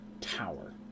tower